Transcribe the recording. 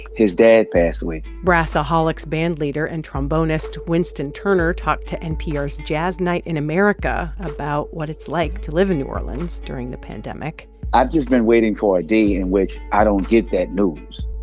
his dad passed away brass-a-holics bandleader and trombonist winston turner talked to npr's jazz night in america about what it's like to live in new orleans during the pandemic i've just been waiting for a day in which i don't get that news.